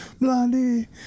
blondie